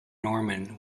norman